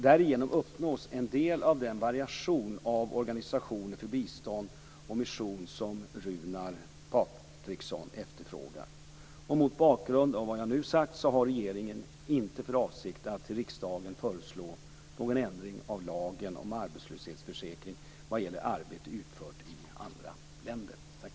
Därigenom uppnås en del av den variation av organisationer för bistånd och mission som Runar Patriksson efterfrågar. Mot bakgrund av vad jag nu sagt har regeringen inte för avsikt att föreslå riksdagen någon ändring av lagen om arbetslöshetsförsäkring vad gäller arbete utfört i andra länder.